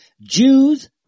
Jews